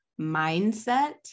mindset